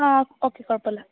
ആ ഓക്കെ കുഴപ്പമില്ല